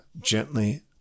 gently